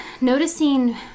noticing